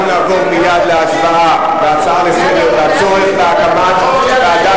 אנחנו נעבור מייד להצבעה על ההצעה לסדר-היום: הצורך בהקמת ועדת